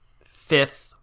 fifth